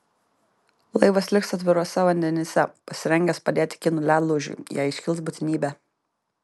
laivas liks atviruose vandenyse pasirengęs padėti kinų ledlaužiui jei iškils būtinybė